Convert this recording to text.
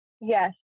Yes